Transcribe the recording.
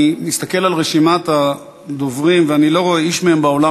אני מסתכל על רשימת הדוברים ואני לא רואה איש מהם באולם,